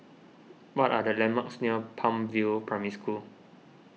what are the landmarks near Palm View Primary School